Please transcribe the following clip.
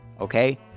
Okay